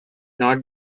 not